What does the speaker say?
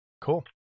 Cool